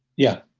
yeah.